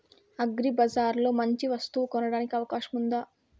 అగ్రిబజార్ లో మంచి వస్తువు కొనడానికి అవకాశం వుందా?